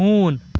ہوٗن